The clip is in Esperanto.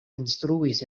instruis